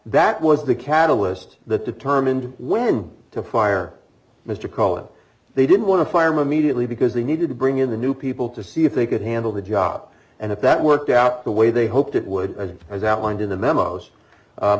that was the catalyst that determined when to fire mr cohen they didn't want to fire me immediately because they needed to bring in the new people to see if they could handle the job and if that worked out the way they hoped it would as outlined in the memos